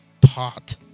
pot